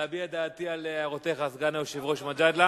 להביע את דעתי על הערותיך, סגן היושב-ראש מג'אדלה,